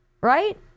Right